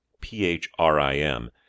P-H-R-I-M